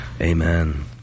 Amen